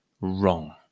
wrong